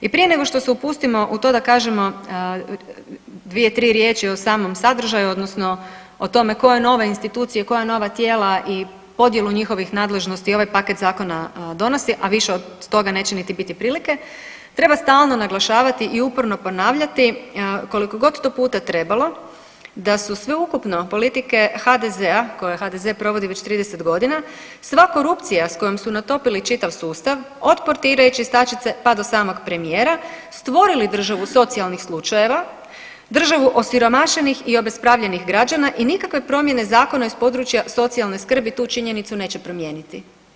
I prije nego što se upustimo u to da kažemo dvije, tri riječi o samom sadržaju, odnosno o tome koje nove institucije, koja nova tijela i podjelu njihovih nadležnosti i ovaj paket zakona donosi, a više od toga niti neće biti prilike treba stalno naglašavati i uporno ponavljati koliko god to puta trebalo, da su sveukupno politike HDZ-a, koje HDZ provodi već 30 godina sva korupcija sa kojom su natopili čitav sustav od portira i čistačice, pa do samog premijera stvorili državu socijalnih slučajeva, državu osiromašenih i obespravljenih građana i nikakve promjene zakona iz područja socijalne skrbi tu činjenicu neće promijeniti.